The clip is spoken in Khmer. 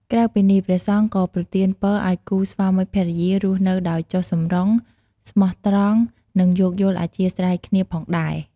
ក្រៅពីនេះ ព្រះសង្ឃក៏ប្រទានពរឲ្យគូស្វាមីភរិយារស់នៅដោយចុះសម្រុង ស្មោះត្រង់ និងយោគយល់អធ្យាស្រ័យគ្នាផងដែរ។